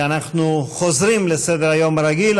אנחנו חוזרים לסדר-היום הרגיל,